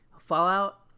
fallout